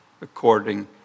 according